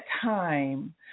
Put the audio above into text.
time